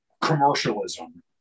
commercialism